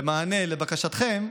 במענה על בקשתכם,